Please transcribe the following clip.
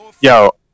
Yo